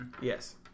Yes